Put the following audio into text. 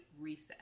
Reset